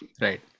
Right